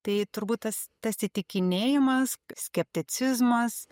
tai turbūt tas tas įtikinėjimas skepticizmas